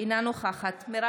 אינה נוכחת מרב